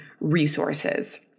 resources